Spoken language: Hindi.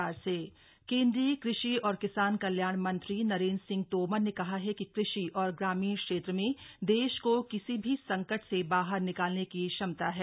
केंदीय कषि मंत्री केन्द्रीय कृषि और किसान कल्याण मंत्री नरेन्द्र सिंह तोमर ने कहा है कि कृषि और ग्रामीण क्षेत्र में देश को किसी भी संकट से बाहर निकालने की क्षमता है